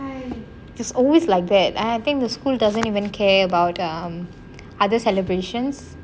t's always like that I think the school doesn't even care about um other celebrations